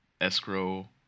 escrow